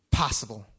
possible